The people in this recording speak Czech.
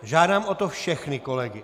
Žádám o to všechny kolegy.